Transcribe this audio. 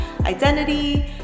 identity